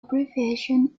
abbreviation